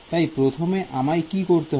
তাই প্রথমে আমায় কি করতে হবে